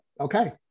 okay